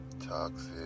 toxic